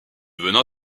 venin